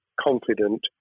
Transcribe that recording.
confident